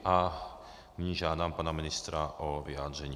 A nyní žádám pana ministra o vyjádření.